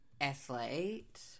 athlete